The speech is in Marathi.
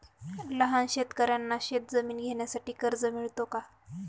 लहान शेतकऱ्यांना शेतजमीन घेण्यासाठी कर्ज मिळतो का?